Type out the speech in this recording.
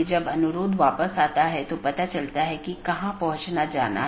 हालांकि हर संदेश को भेजने की आवश्यकता नहीं है